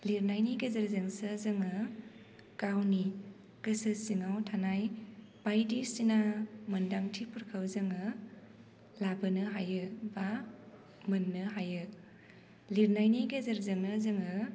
लिरनायनि गेजेरजोंसो जोङो गावनि गोसो सिङाव थानाय बायदिसिना मोनदांथिफोरखौ जोङो लाबोनो हायो बा मोननो हायो लिरनायनि गेजेरजोंनो जोङो